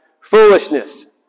foolishness